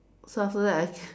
so after that I can